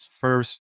first